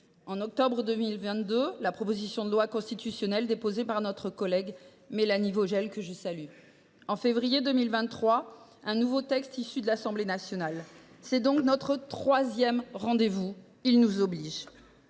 en octobre 2022, la proposition de loi constitutionnelle déposée par notre collègue Mélanie Vogel, que je salue ; puis, en février 2023, un nouveau texte issu de l’Assemblée nationale. C’est notre troisième rendez vous. Il nous oblige